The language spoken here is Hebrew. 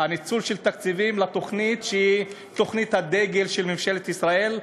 הניצול של תקציבים לתוכנית שהיא תוכנית הדגל של ממשלת ישראל,